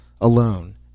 alone